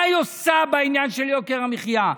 מה היא עושה בעניין של יוקר המחיה?